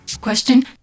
Question